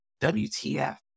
WTF